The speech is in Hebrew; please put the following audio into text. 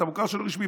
אתה מוכר שאינו רשמי,